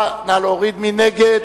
מי נגד?